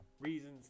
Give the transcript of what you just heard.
reasons